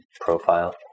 profile